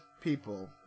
people